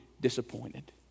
disappointed